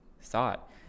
thought